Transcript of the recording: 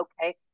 okay